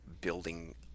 building